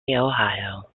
ohio